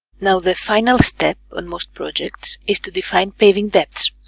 now the final step on most projects is to define paving depths.